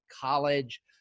college